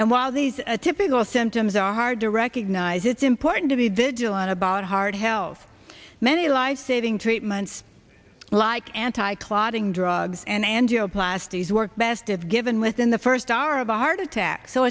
and while these a typical symptoms are hard to recognize it's important to be vigilant about heart health many lifesaving treatments like anti clotting drugs and angioplasties work best if given within the first hour of a heart attack so